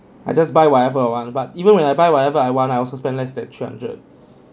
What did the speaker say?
I just buy whatever one but even when I buy whatever I want I also spend less than three hundred